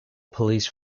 police